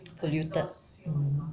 polluted mm